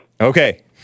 Okay